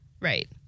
Right